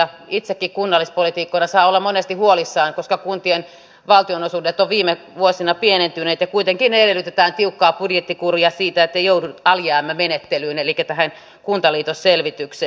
itsekin kunnallispoliitikkona saa olla monesti huolissaan koska kuntien valtionosuudet ovat viime vuosina pienentyneet ja kuitenkin edellytetään tiukkaa budjettikuria siitä ettei joudu alijäämämenettelyyn elikkä tähän kuntaliitosselvitykseen